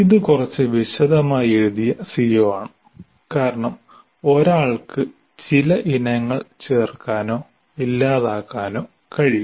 ഇത് കുറച്ച് വിശദമായി എഴുതിയ CO ആണ് കാരണം ഒരാൾക്ക് ചില ഇനങ്ങൾ ചേർക്കാനോ ഇല്ലാതാക്കാനോ കഴിയും